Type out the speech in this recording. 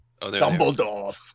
Dumbledore